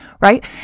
right